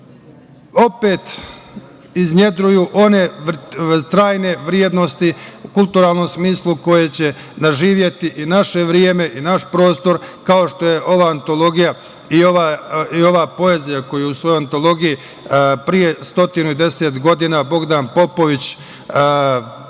opet iznedruju one trajne vrednosti u kulturnom smislu koje će nadživeti i naše vreme i naš prostor, kao što je ova antologija i ova poezija, koju je u svojoj antologiji pre 110 godina Bogdan Popović odradio